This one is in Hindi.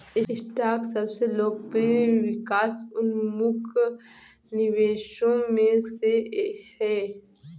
स्टॉक सबसे लोकप्रिय विकास उन्मुख निवेशों में से है